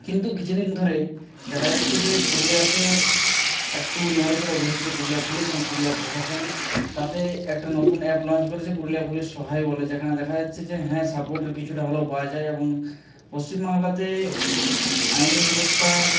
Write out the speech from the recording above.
কিন্তু কিছুদিন ধরেই দেখা যাচ্ছে যে পুরুলিয়াতে একটু নড়ে চড়ে বসেছে পুরুলিয়া পুলিশ এবং পুরুলিয়া প্রশাসন তাতে একটা নতুন অ্যাপ লঞ্চ করেছে পুরুলিয়া পুলিশ সহায় বলে যেখানে দেখা যাচ্ছে যে হ্যাঁ সাপোর্টের কিছুটা হলেও পাওয়া যায় এবং পশ্চিম বাংলাতে আইনি ব্যবস্থায়